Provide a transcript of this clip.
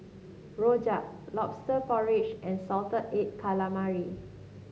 rojak lobster porridge and Salted Egg Calamari